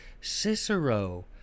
Cicero